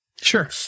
Sure